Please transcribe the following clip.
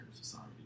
society